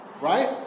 right